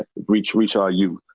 ah rich rich are you.